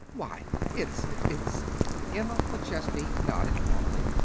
why it's it's emma mcchesney nodded calmly.